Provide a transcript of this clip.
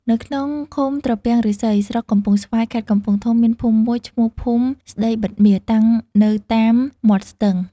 នៅក្នុងឃុំត្រពាំងឫស្សី ស្រុកកំពង់ស្វាយ ខេត្តកំពង់ធំ មានភូមិមួយ ឈ្មោះភូមិស្តីបិទមាស តាំងនៅតាម មាត់ស្ទឹង។